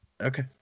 Okay